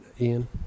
Ian